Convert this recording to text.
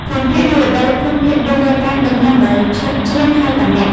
ភូមិភាគនិរតី (ភូមិភាគ៤០៥) ដឹកនាំ ដោយ ឈិត ជឿន ហៅតាម៉ុក។